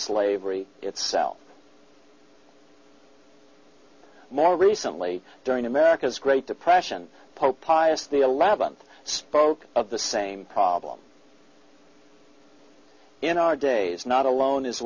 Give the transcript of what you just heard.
slavery itself more recently during america's great depression pope pius the eleventh spoke of the same problem in our days not alone is